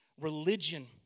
religion